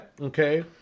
Okay